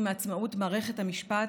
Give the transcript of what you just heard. משפחתם,